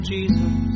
Jesus